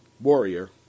Warrior